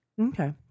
Okay